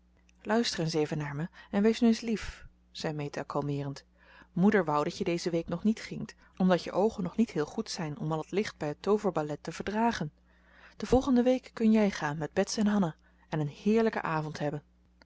luister eens even naar me en wees nu eens lief zei meta kalmeerend moeder wou dat je deze week nog niet gingt omdat je oogen nog niet heel goed zijn om al het licht bij het tooverballet te verdragen de volgende week kun jij gaan met bets en hanna en een heerlijken avond hebben